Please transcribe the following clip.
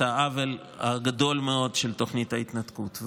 את העוול הגדול מאוד של תוכנית ההתנתקות.